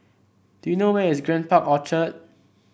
do you know where is Grand Park Orchard